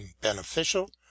beneficial